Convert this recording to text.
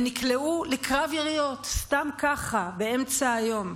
הם נקלעו לקרב יריות סתם ככה, באמצע היום.